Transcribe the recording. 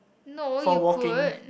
no you could